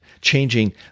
changing